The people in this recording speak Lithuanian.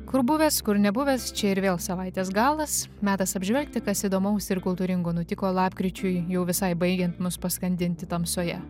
kur buvęs kur nebuvęs čia ir vėl savaitės galas metas apžvelgti kas įdomaus ir kultūringo nutiko lapkričiui jau visai baigiant mus paskandinti tamsoj